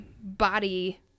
body